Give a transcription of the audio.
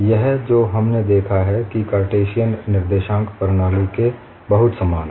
यह जो हमने देखा है कि कार्टेशियन निर्देशांक प्रणाली के बहुत समान है